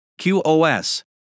QoS